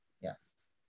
yes